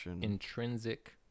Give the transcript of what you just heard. intrinsic